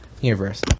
universe